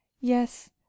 yes